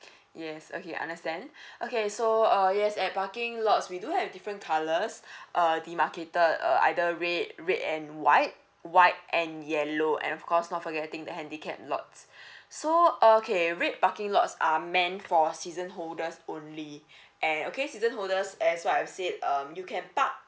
yes okay understand okay so uh yes at parking lots we do have different colours err demarcated uh either red red and white white and yellow and of course not forgetting the handicap lots so uh okay red parking lots are meant for season holders only and okay season holders as what I've said um you can park